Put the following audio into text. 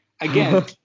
again